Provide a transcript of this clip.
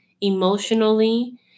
emotionally